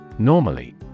Normally